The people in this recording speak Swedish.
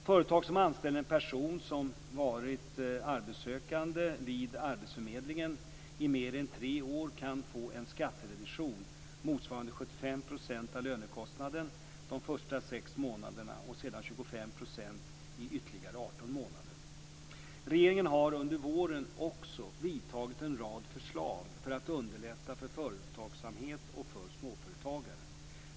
Företag som anställer en person som varit arbetssökande vid arbetsförmedlingen i mer än tre år kan få en skattereduktion motsvarande 75 % av lönekostnaden de första 6 månaderna och sedan 25 % i ytterligare 18 månader. Regeringen har under våren också lagt fram en rad förslag för att underlätta för företagsamhet och för småföretagare.